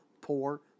poor